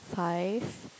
five